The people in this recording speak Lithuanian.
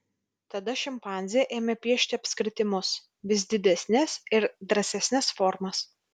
tada šimpanzė ėmė piešti apskritimus vis didesnes ir drąsesnes formas